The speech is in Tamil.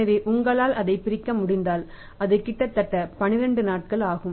எனவே உங்களால் அதைப் பிரிக்க முடிந்தால் அது கிட்டத்தட்ட 12 நாட்கள் ஆகும்